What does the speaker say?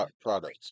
products